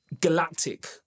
galactic